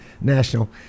National